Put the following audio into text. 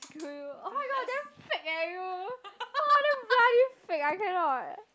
screw you oh-my-god damn fake eh you !wah! damn bloody fake I cannot